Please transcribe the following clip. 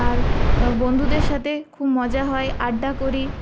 আর বন্ধুদের সাথে খুব মজা হয় আড্ডা করি